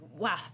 Wow